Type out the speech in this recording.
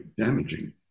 damaging